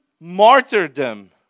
martyrdom